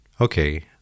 Okay